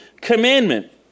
commandment